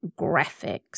graphics